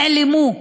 שנעלמו,